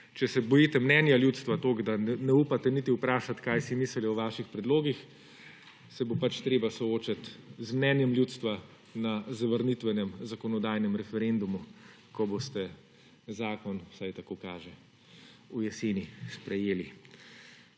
če se bojite mnenja ljudstva toliko, da ne upate niti vprašati kaj si mislijo o vaših predlogih, se bo pač treba soočati z mnenjem ljudstva na zavrnitvenem zakonodajnem referendumu, ko boste zakon, vsaj tako kaže, v jeseni sprejeli,